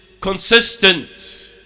consistent